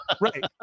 right